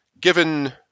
given